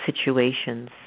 situations